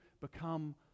become